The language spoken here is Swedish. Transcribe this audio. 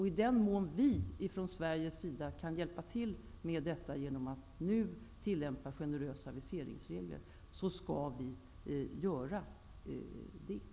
I den mån vi från Sveriges sida kan hjälpa till genom att nu tillämpa generösa viseringsregler skall vi göra det.